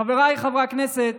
חבריי חברי הכנסת,